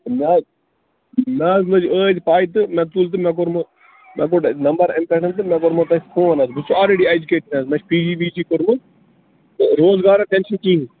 مےٚ حظ مےٚ حظ لٔج ٲدۍ پےَ تہٕ مےٚ تُل تہٕ مےٚ کوٚرمو مےٚ کوٚڑ اَتہِ نمبر اَتہِ پٮ۪ٹھ تہٕ مےٚ کوٚرمو تۄہہِ فون اَتھ بہٕ چھُس آلریٚڈی اَیجوکیٚٹِڈ حظ مےٚ چھُ پی جی وِی جی کوٚرمُت تہٕ روزگارا تہِ چھُنہٕ کِہیٖنۍ